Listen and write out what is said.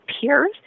peers